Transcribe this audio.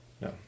No